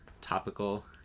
topical